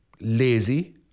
lazy